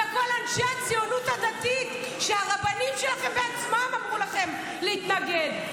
כל אנשי הציונות הדתית שהרבנים שלכם בעצמם אמרו לכם להתנגד,